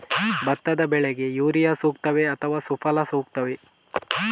ಭತ್ತದ ಬೆಳೆಗೆ ಯೂರಿಯಾ ಸೂಕ್ತವೇ ಅಥವಾ ಸುಫಲ ಸೂಕ್ತವೇ?